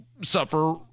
suffer